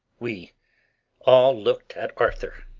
we all looked at arthur.